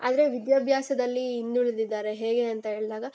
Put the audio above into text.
ಆದರೆ ವಿದ್ಯಾಭ್ಯಾಸದಲ್ಲಿ ಹಿಂದುಳ್ದಿದ್ದಾರೆ ಹೇಗೆ ಅಂತ ಹೇಳಿದಾಗ